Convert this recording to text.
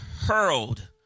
hurled